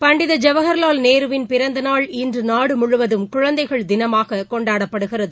பண்டித ஐவஹர்லால் பிறந்தநாள் இன்றுநாடுமுழுவதும் குழந்தைகள் தினமாககொண்டாடப்படுகிறது